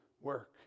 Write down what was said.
work